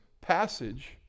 passage